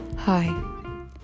Hi